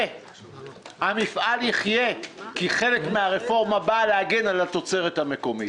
כי חלק מן הרפורמה בא להגן על התוצרת המקומית.